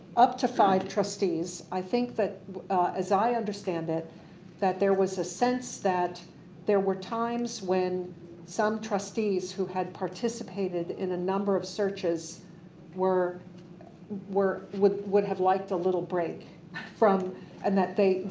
up to five trustees. i think that as i understand it that there was a sense that there were times when some trustees who had participated in a number of searches were were would would have liked a little break from and that they.